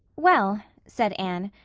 well, said anne,